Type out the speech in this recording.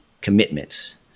commitments